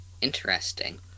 Interesting